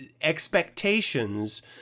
expectations